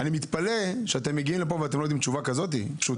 ואני מתפלא על כך שאתם מגיעים לפה ולא יודעים לענות על שאלה כזאת פשוטה.